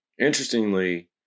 Interestingly